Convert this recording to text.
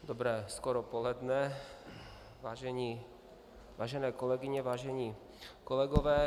Dobré skoro poledne, vážené kolegyně, vážení kolegové.